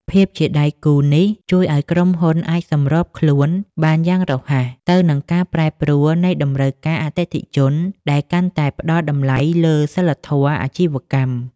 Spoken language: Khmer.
ភាពជាដៃគូនេះជួយឱ្យក្រុមហ៊ុនអាចសម្របខ្លួនបានយ៉ាងរហ័សទៅនឹងការប្រែប្រួលនៃតម្រូវការអតិថិជន ដែលកាន់តែផ្ដល់តម្លៃលើសីលធម៌អាជីវកម្ម។